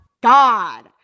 God